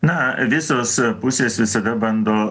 na visos pusės visada bando